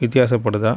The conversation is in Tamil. வித்தியாசப்படுதா